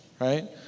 right